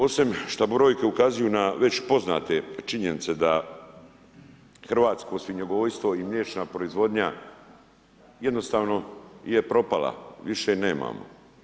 Osim što brojke ukazuju na već poznate činjenice da hrvatsko svinjogojstvo i mliječna proizvodnja jednostavno je propala, više je nemamo.